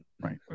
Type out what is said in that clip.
Right